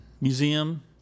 Museum